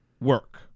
work